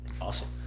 Awesome